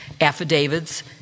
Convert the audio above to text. affidavits